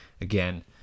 Again